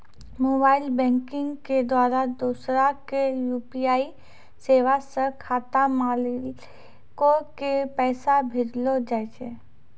mobile banking के द्वारा दोसरा के यू.पी.आई सेबा से खाता मालिको के पैसा भेजलो जाय छै